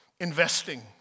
investing